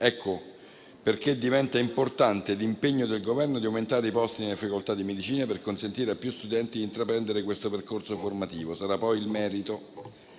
Ecco perché diventa importante l'impegno del Governo di aumentare i posti nelle facoltà di medicina per consentire a più studenti di intraprendere questo percorso formativo. Sarà poi il merito